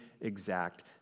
exact